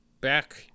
back